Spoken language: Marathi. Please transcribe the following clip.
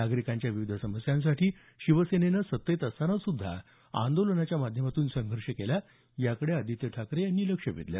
नागरिकांच्या विविध समस्यांसाठी शिवसेनेनं सत्तेत असतांना सुध्दा विविध आंदोलनांच्या माध्यमातून संघर्ष केला याकडे आदित्य ठाकरे यांनी लक्ष वेधलं